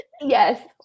yes